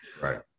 Right